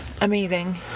Amazing